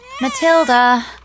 Matilda